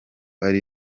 ari